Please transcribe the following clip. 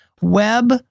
web